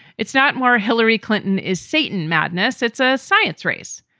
it's not more. hillary clinton is satan madness. it's a science race.